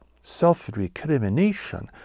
self-recrimination